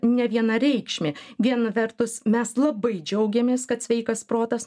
nevienareikšmė viena vertus mes labai džiaugiamės kad sveikas protas